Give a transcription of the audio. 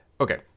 Okay